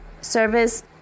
service